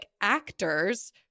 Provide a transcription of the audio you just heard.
actors